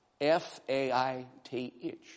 F-A-I-T-H